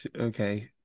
okay